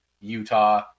Utah